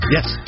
Yes